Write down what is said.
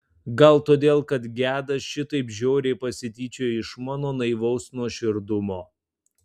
gal todėl kad gedas šitaip žiauriai pasityčiojo iš mano naivaus nuoširdumo